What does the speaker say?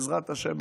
בעזרת השם,